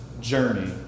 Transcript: journey